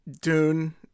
Dune